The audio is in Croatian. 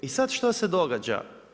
I sad, što se događa?